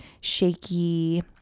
shaky